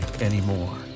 anymore